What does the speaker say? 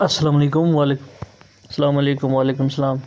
اَلسلام علیکُم وعلے اسلام علیکُم وعلیکم اسلام